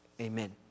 Amen